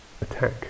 attack